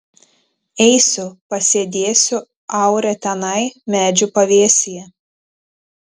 eisiu pasėdėsiu aure tenai medžių pavėsyje